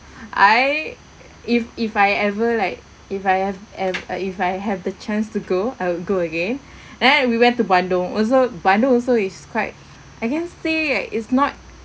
I if if I ever like if I have ev~ uh if I have the chance to go I would go again and then we went to bandung also bandung also is quite I can say like it's not